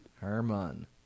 Herman